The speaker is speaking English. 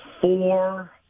four